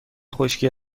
خشکی